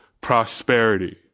prosperity